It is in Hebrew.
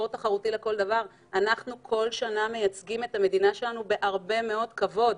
אנחנו כל שנה מייצגים את המדינה שלנו בהרבה מאוד כבוד.